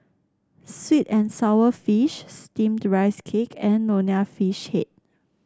sweet and sour fish steamed Rice Cake and Nonya Fish Head